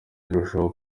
irushaho